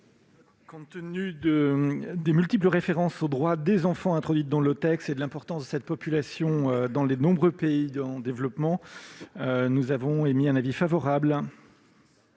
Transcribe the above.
Compte tenu des multiples références aux droits des enfants introduites dans le texte et l'importance de cette population dans de nombreux pays en développement, la commission émet un avis favorable